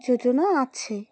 যোজনা আছে